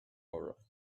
aura